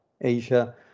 Asia